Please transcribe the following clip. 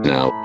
Now